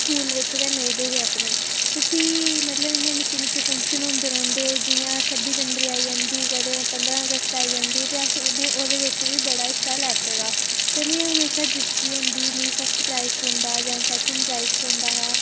school बिच गै नचदे हे अपने ते भी इं'या अपने निक्के निक्के फंक्शन होंदे रौहंदे हे जि'यां कदें छब्बी जनवरी आई जंदी कदें पंदरां अगस्त आई जंदी ही ते असें ओह्दे बिच बी बड़ा हिस्सा लैते दा ते में हमेशा जीतदी होंदी ही मिगी हमेशा फसर्ट प्राईज़ थ्होंदा हा जां सैकेंड प्राईज़ थ्होंदा हा